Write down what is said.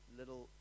little